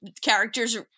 characters